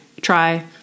Try